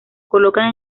colocan